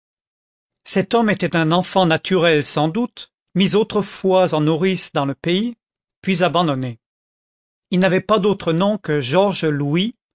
cet homme était un enfant naturel sans doute mis autrefois en nourrice dans le pays puis abandonné il n'avait pas d'autre nom que georges louis